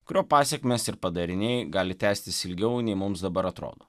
kurio pasekmės ir padariniai gali tęstis ilgiau nei mums dabar atrodo